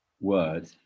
word